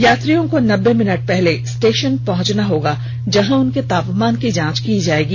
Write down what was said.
यात्रियों को नब्बे मिनट पहले स्टेशन पर पहंचना होगा जहां उनके तापमान की जांच होगी